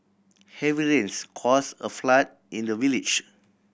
heavy rains cause a flood in the village